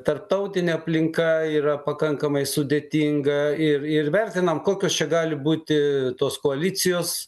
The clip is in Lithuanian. tarptautinė aplinka yra pakankamai sudėtinga ir ir vertinam kokios čia gali būti tos koalicijos